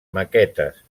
maquetes